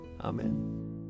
Amen